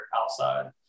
outside